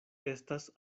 estas